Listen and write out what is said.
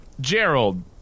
Gerald